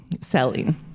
selling